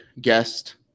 guest